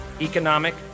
economic